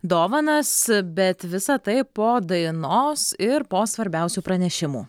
dovanas bet visa tai po dainos ir po svarbiausių pranešimų